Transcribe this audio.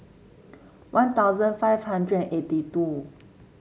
One Thousand five hundred and eighty two